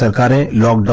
ah got a lot